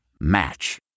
Match